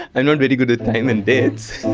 i'm not very good at time and dates.